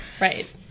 right